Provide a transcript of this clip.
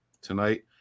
tonight